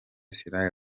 sierra